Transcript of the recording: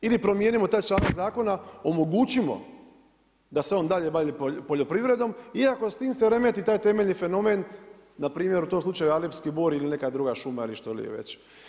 Ili promijenimo taj članak zakona, omogućimo da se on dalje bavi poljoprivredom iako s time se remeti taj temeljni fenomen npr. u tom slučaju Alepski bor ili neka druga šuma ili što li je već.